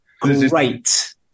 Great